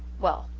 well,